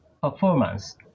performance